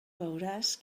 veuràs